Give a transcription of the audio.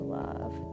love